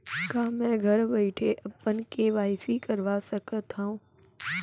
का मैं घर बइठे अपन के.वाई.सी करवा सकत हव?